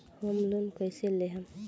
Home loan कैसे लेहम?